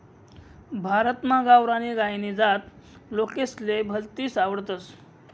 भारतमा गावरानी गायनी जात लोकेसले भलतीस आवडस